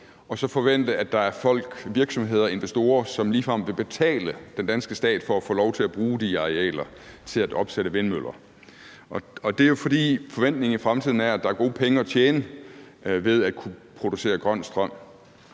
og så forvente, at der er folk, virksomheder og investorer, som ligefrem vil betale den danske stat for at få lov til at bruge de arealer til at opsætte vindmøller. Og det er jo, fordi forventningen i fremtiden er, at der er gode penge at tjene ved at kunne producere grøn strøm